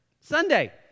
sunday